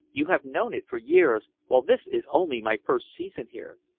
you have known it for years, while this is only my first season here.